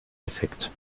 defekt